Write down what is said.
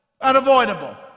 Unavoidable